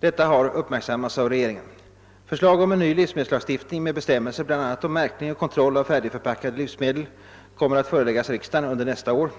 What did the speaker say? Detta har uppmärksammats av regeringen. Förslag om en ny livsmedelslagstiftning m”1 bestämmelser bl.a. om märkning och kontroll av färdigförpackade livsmedel kommer att föreläggas riksdagen under nästa år.